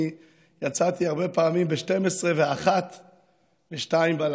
יצאתי הרבה פעמים ב-24:00 ו-01:00 ו-02:00,